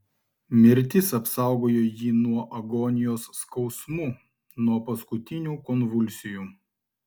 mirtis apsaugojo jį nuo agonijos skausmų nuo paskutinių konvulsijų